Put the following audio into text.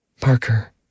Parker